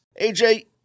AJ